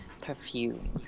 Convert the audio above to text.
perfume